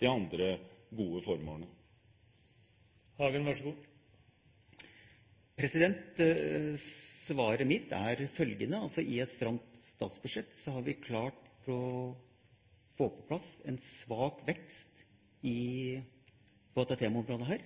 de andre gode formålene? Svaret mitt er følgende: I et stramt statsbudsjett har vi klart å få på plass en svak vekst på dette temaområdet.